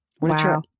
Wow